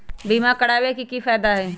बीमा करबाबे के कि कि फायदा हई?